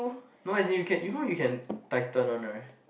no as in you can you know can tighten one right